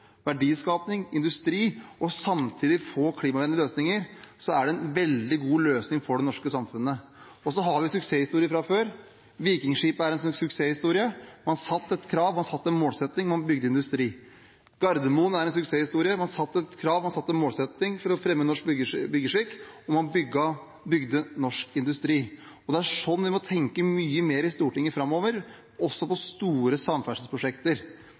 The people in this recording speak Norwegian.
og industri og samtidig få klimavennlige løsninger, er det en veldig god løsning for det norske samfunnet. Vi har suksesshistorier fra før. Vikingskipet er en slik suksesshistorie. Man satte et krav, en målsetting, og man bygde industri. Gardermoen er en suksesshistorie. Man satte et krav og en målsetting for å fremme norsk byggeskikk, og man bygde norsk industri. Det er slik vi i Stortinget må tenke mye mer framover, også i forbindelse med store samferdselsprosjekter.